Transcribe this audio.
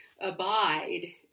abide